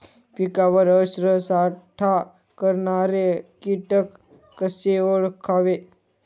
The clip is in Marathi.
पिकावर अन्नसाठा करणारे किटक कसे ओळखावे?